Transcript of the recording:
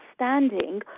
understanding